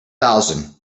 thousand